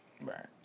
Right